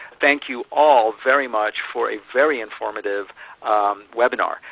thank you all very much for a very informative webinar.